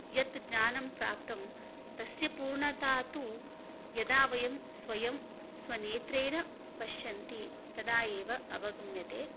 यत् ज्ञानं प्राप्तं तस्य पूर्णता तु यदा वयं स्वयं स्वनेत्रेण पश्यन्ति तदा एव अवगम्यते